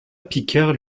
picard